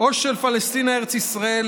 או של פלשתינה (א"י),